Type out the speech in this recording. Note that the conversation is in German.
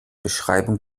beschreibung